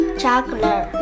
juggler